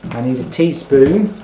i need a teaspoon